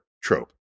trope